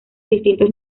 distintos